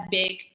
big